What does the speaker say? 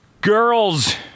girls